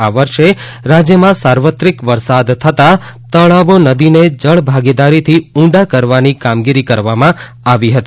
આ વર્ષે રાજ્યમાં સાર્વત્રીક વરસાદ થતા તળાવો નદીને જનભાગીદારીથી ઊંડા કરવાની કામગીરી કરવામાં આવી હતી